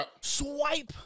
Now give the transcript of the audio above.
Swipe